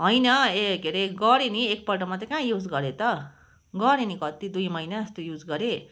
होइन ए के अरे गरेँ नि एकपल्ट मात्रै कहाँ युज गरेँ त गरेँ नि कति दुई महिना जस्तो युज गरेँ